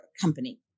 company